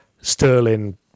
Sterling